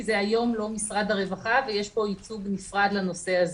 כי זה היום לא משרד הרווחה ויש פה ייצוג משרד לנושא הזה.